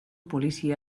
polizia